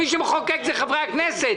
מי שמחוקק זה חברי כנסת,